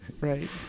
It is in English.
Right